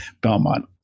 Belmont